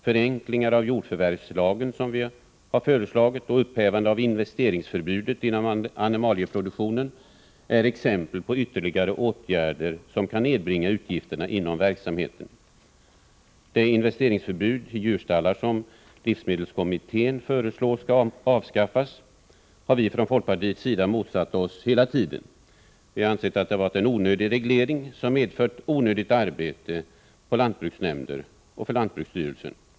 Förenklingar av jordförvärvslagen som vi föreslagit och upphävande av investeringsförbudet inom animalieproduktionen är exempel på ytterligare åtgärder som kan nedbringa utgifterna inom verksamheten. Det investeringsförbud för djurstallar som livsmedelskommittén föreslår skall avskaffas har vi från folkpartiet motsatt oss hela tiden. Vi anser att det har varit en onödig reglering, som har medfört onödigt arbete för lantbruksnämnder och för lantbruksstyrelsen.